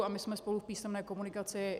A my jsme spolu v písemné komunikaci.